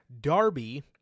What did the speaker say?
Darby